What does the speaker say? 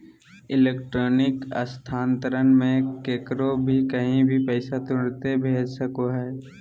electronic स्थानान्तरण मे केकरो भी कही भी पैसा तुरते भेज सको हो